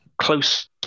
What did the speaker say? close